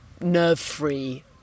nerve-free